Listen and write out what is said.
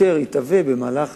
נעשתה במהלך